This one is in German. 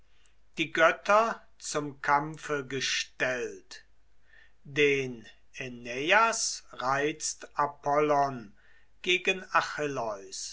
die götter zum kampfe gestellt den äneias reizt apollon gegen